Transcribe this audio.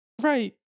Right